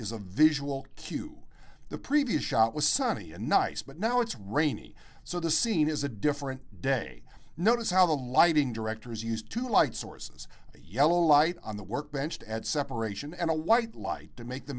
is a visual cue the previous shot was sunny and nice but now it's rainy so the scene is a different day notice how the lighting directors used to light sources yellow light on the workbench and separation and a white light to make the